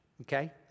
okay